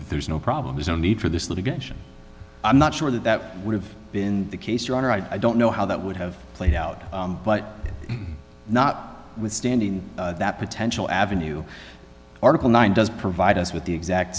there's no problem is no need for this litigation i'm not sure that that would've been the case your honor i don't know how that would have played out but not withstanding that potential avenue article nine does provide us with the exact